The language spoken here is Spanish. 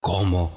cómo